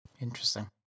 Interesting